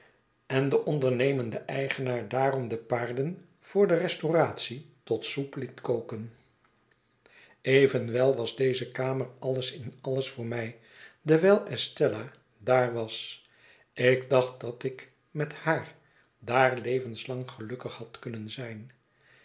en de ondernemende eigenaar daarom de paarden voor de restauratie tot soep liet koken evenwel was deze kamer alles in alles voor mij dewijl estella daar was ik dacht dat ik met haar daar levenslang gelukkig had kunnen zijn